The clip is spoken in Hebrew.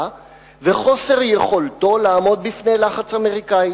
וחוסר יכולתו לעמוד בפני לחץ אמריקני.